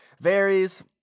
varies